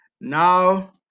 now